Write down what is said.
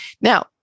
Now